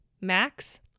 max